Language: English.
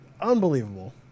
unbelievable